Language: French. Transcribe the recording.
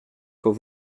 quand